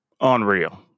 unreal